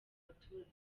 abaturage